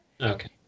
Okay